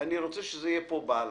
רוצה שיהיה פה בָּלַנְס.